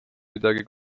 midagi